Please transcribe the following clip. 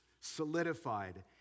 solidified